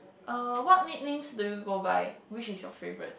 uh what nicknames do you go by which is your favourite